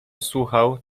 słuchał